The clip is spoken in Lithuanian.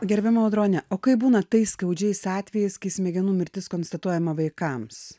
gerbiama audrone o kaip būna tais skaudžiais atvejais kai smegenų mirtis konstatuojama vaikams